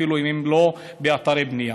אפילו אם הם לא באתרי בנייה.